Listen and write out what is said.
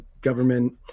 government